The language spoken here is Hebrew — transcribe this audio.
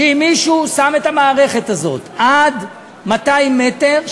שאם מישהו שם את המערכת הזאת עד 200 מ"ר,